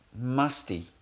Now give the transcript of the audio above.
musty